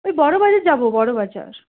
ওই বড় বাজার যাব বড় বাজার